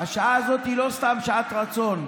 היא לא סתם שעת רצון.